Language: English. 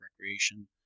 recreation